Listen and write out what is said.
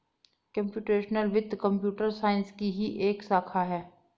computational वित्त computer science की ही एक शाखा है